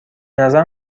نظرم